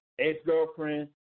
ex-girlfriend